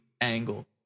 angle